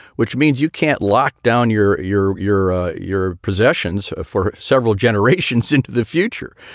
which means you can't lock down your your your ah your possessions for several generations into the future.